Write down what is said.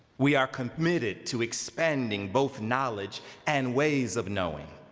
we are committed to expanding both knowledge and ways of knowing.